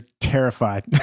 terrified